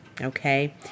Okay